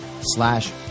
slash